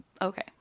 Okay